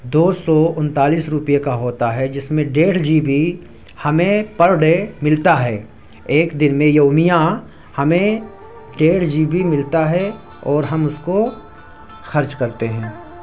دو سو انتالیس روپئے کا ہوتا ہے جس میں ڈیڑھ جی بی ہمیں پر ڈے ملتا ہے ایک دن میں یومیہ ہمیں ڈیڑھ جی بی ملتا ہے اور ہم اس کو خرچ کرتے ہیں